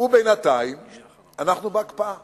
בינתיים אנחנו בהקפאה